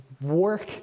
work